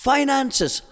Finances